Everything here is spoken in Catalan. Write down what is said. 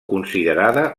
considerada